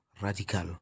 Radical